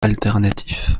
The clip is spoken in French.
alternatif